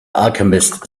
alchemist